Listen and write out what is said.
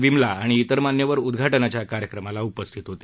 विमला आणि इतर मान्यवर उदघा नाच्या कार्यक्रमाला उपस्थित होते